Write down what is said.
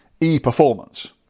E-Performance